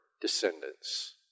descendants